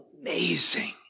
amazing